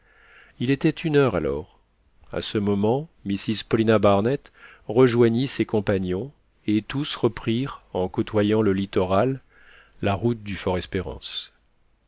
il était une heure alors en ce moment mrs paulina barnett rejoignit ses compagnons et tous reprirent en côtoyant le littoral la route du